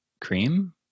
cream